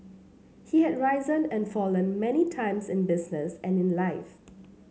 he had risen and fallen many times in business and in life